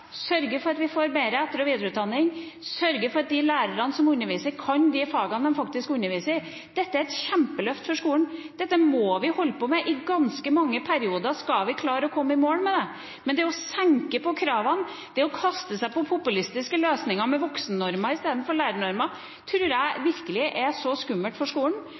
sørge for at vi får bedre etter- og videreutdanning, sørge for at de lærerne som underviser, kan de fagene de underviser i. Dette er et kjempeløft for skolen. Dette må vi holde på med i ganske mange perioder skal vi klare å komme i mål. Men det å senke kravene, det å kaste seg på populistiske løsninger med voksennormer istedenfor lærernormer, tror jeg virkelig er skummelt for skolen.